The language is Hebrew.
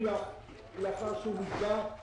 לקבל את מה שמגיע להם אחרי שהביאו את